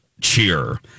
cheer